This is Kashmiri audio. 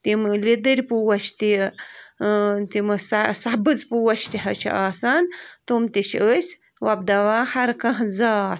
تِم لِدٕرۍ پوش تہِ تِمہٕ سَہ سَبٕز پوش تہِ حظ چھِ آسان تِم تہِ چھِ أسۍ وۄبداوان ہرکانٛہہ زاتھ